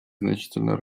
значительно